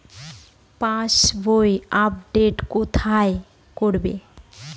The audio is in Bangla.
পাসবই আপডেট কোথায় করে?